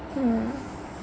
mm